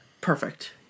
Perfect